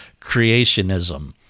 creationism